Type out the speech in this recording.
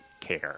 care